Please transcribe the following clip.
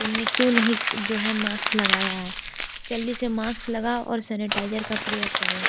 तुम ने क्यों नहीं जो है माक्स लगाया है जल्दी से माक्स लगाओ और सैनिटाइजर का प्रयोग करो